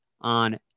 on